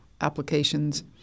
applications